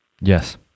Yes